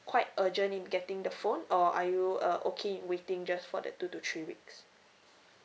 quite urgent in getting the phone or are you uh okay with waiting just for the two to three weeks